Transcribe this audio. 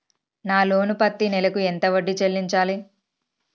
నా లోను పత్తి నెల కు ఎంత వడ్డీ చెల్లించాలి?